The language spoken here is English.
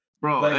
Bro